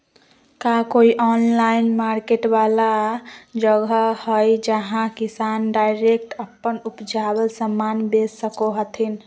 का कोई online market वाला जगह हइ जहां किसान डायरेक्ट अप्पन उपजावल समान बेच सको हथीन?